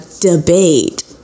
debate